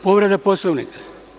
Povreda Poslovnika.